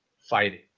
fighting